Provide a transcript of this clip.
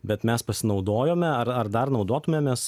bet mes pasinaudojome ar ar dar naudotumėmės